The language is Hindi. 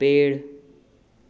पेड़